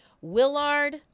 Willard